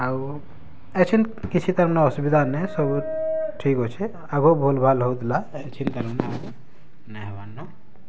ଆଉ ଏଛିନ୍ କିଛି ତାର୍ ମାନେ ଅସୁବିଧା ନାଇଁ ସବୁ ଠିକ୍ ଅଛେ ଆଗ ଭୁଲ୍ ଭାଲ୍ ହଉଥିଲା ଏଛିନ୍ କା ନାଇଁନ ନାଇଁ ହେବାର୍ ନଁ